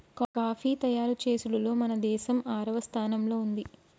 coffee తయారు చేసుడులో మన దేసం ఆరవ స్థానంలో ఉంది